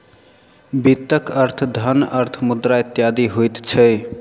वित्तक अर्थ धन, अर्थ, मुद्रा इत्यादि होइत छै